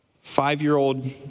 five-year-old